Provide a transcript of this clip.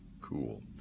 cool